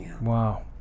Wow